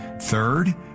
Third